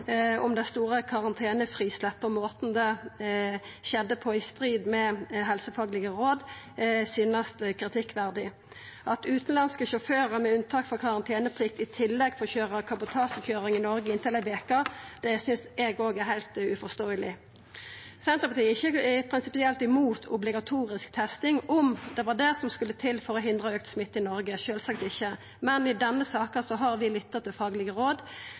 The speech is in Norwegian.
om det store karantenefrisleppet og måten det skjedde på, i strid med helsefaglege råd, synest det kritikkverdig. At utanlandske sjåførar med unnatak frå karanteneplikt i tillegg får køyra kabotasjekøyring i Noreg i inntil ei veke, synest eg òg er heilt uforståeleg. Senterpartiet er ikkje prinsipielt imot obligatorisk testing om det var det som skulle til for å hindra auka smitte i Noreg, sjølvsagt ikkje. Men i denne saka har vi lytta til faglege råd.